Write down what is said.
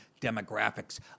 demographics